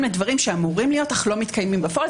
לדברים שאמורים להיות אך שלא קורים בפועל.